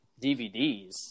DVDs